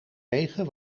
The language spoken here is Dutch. wegen